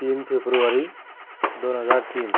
तीन फेप्रुवारी दोन हजार तीन